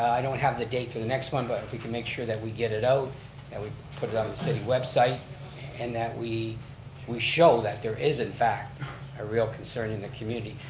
i don't have the date for the next one, but if we can make sure that we get it out and we put it on the city website and that we we show that there is in fact a real concern in the community.